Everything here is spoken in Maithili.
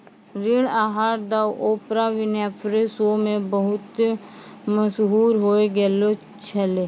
ऋण आहार द ओपरा विनफ्रे शो मे बहुते मशहूर होय गैलो छलै